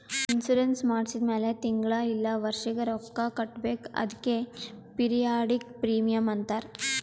insurance ಮಾಡ್ಸಿದ ಮ್ಯಾಲ್ ತಿಂಗಳಾ ಇಲ್ಲ ವರ್ಷಿಗ ರೊಕ್ಕಾ ಕಟ್ಬೇಕ್ ಅದ್ಕೆ ಪಿರಿಯಾಡಿಕ್ ಪ್ರೀಮಿಯಂ ಅಂತಾರ್